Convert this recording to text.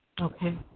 Okay